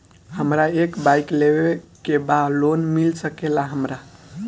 हमरा एक बाइक लेवे के बा लोन मिल सकेला हमरा?